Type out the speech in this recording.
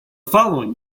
following